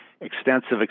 extensive